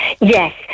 Yes